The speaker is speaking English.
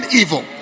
evil